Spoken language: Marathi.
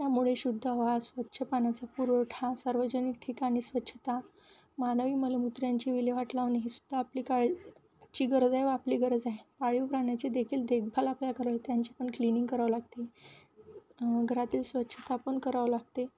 त्यामुळे शुद्ध व स्वच्छ पाण्याचा पुरवठा सार्वजनिक ठिकाणी स्वच्छता मानवी मलमूत्राची विल्लेवाट लावणे सुद्धा आपली काळची गरज आहे व आपली गरज आहे पाळीव प्राण्याची देखील देखभाल आपल्या घर आहे त्याची पण क्लीिनिंग करावं लागते घरातील स्वच्छता पण करावं लागते